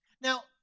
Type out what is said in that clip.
Now